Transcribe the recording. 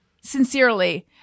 sincerely